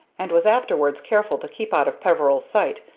and was afterwards careful to keep out of peveril's sight,